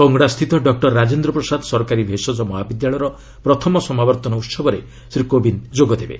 କଙ୍ଗଡ଼ାସ୍ଥିତ doctor Rajendra Prasad ସରକାର ଭେଷକ ମହାବିଦ୍ୟାଳୟର ପ୍ରଥମ ସମାବର୍ତ୍ତନ ଉହବରେ ଶ୍ରୀ କୋବିନ୍ଦ୍ ଯୋଗଦେବେ